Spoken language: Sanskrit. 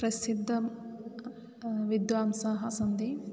प्रसिद्धः विद्वांसः सन्ति